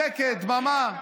שקט, דממה.